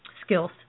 skills